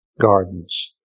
gardens